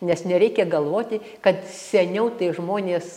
nes nereikia galvoti kad seniau tai žmonės